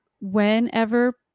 whenever